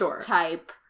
type